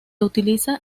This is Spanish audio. utiliza